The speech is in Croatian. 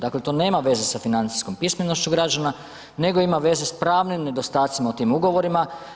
Dakle, to nema veze sa financijskom pismenošću građana nego ima veze s pravnim nedostacima u tim ugovorima.